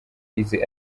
izi